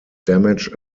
damage